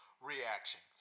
reactions